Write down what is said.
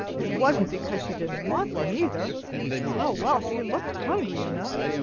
it wasn't because she didn't want them, either well, well, she looked hungry enough.